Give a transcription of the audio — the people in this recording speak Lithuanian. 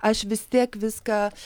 aš vis tiek viską